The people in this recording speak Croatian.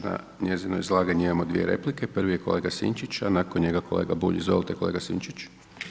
Na njezino izlaganje imamo dvije replike, prvi je kolega Sinčić, a nakon njega kolega Bulj, izvolite kolega Sinčić.